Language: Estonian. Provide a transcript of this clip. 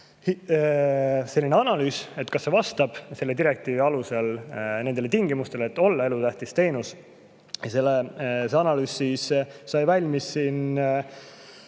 kohta analüüs, kas see vastab selle direktiivi alusel nendele tingimustele, et olla elutähtis teenus. See analüüs sai valmis